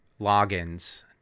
logins